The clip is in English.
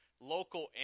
local